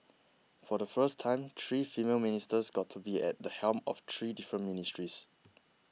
for the first time three female ministers got to be at the helm of three different ministries